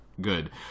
good